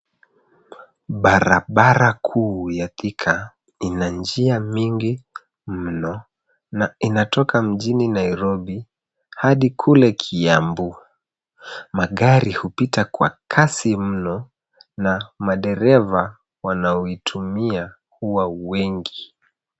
Barabara kuu ya Thika ina njia mingi mno na inatoka mjini Nairobi hadi kule Kiambu . Magari hupita kwa lasi mno na madereva wanaoitumia huwa wengi.